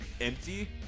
empty